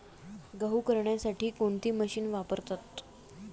गहू करण्यासाठी कोणती मशीन वापरतात?